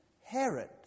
Herod